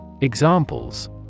Examples